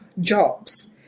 Jobs